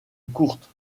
courte